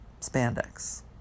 spandex